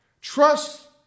Trust